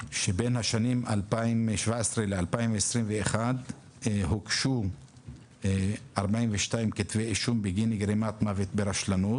שבין השנים 2017-2021 הוגשו 42 כתבי אישום בגין גרימת מוות ברשלנות